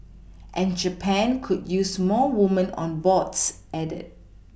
and Japan could use more woman on boards added